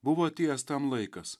buvo atėjęs tam laikas